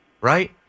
right